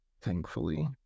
thankfully